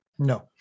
No